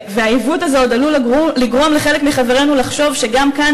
והעיוות הזה עוד עלול לגרום לחלק מחברינו לחשוב שגם כאן